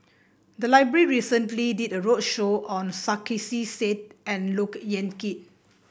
the library recently did a roadshow on Sarkasi Said and Look Yan Kit